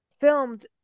filmed